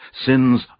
Sins